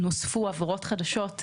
נוספו עבירות חדשות,